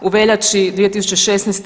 U veljači 2016.